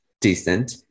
decent